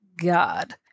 God